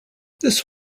this